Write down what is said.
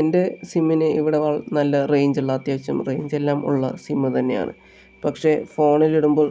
എൻ്റെ സിമ്മിന് ഇവിടെ വള നല്ല റേഞ്ച് എല്ലാം അത്യാവിശം റേഞ്ച് എല്ലാം ഉള്ള സിമ്മ് തന്നെയാണ് പക്ഷെ ഫോണിലിടുമ്പോൾ